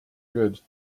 good